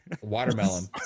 Watermelon